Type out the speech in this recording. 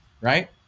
right